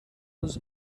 was